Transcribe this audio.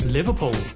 Liverpool